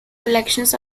collections